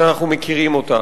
שאנחנו מכירים אותה,